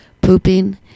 pooping